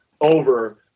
over